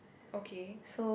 okay